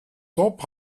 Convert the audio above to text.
top